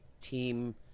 team